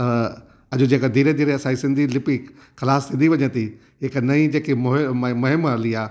त अॼु जेका धीरे धीरे असांजी सिंधी लिपी ख़लासु थींदी वञे थी जेका नईं जेकी मुहिम मुहिम हली आहे